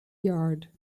yard